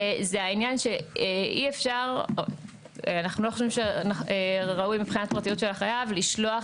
זה העניין שאנחנו לא חושבים שראוי מבחינת הפרטיות של החייב לשלוח